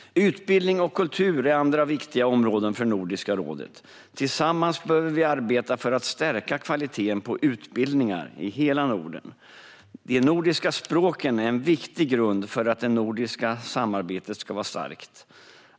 Utbildning och kultur är andra viktiga områden för Nordiska rådet. Tillsammans behöver vi arbeta för att stärka kvaliteten på utbildningar i hela Norden. De nordiska språken är en viktig grund för att det nordiska samarbetet ska vara starkt.